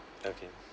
okay